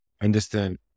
understand